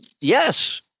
Yes